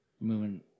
Moving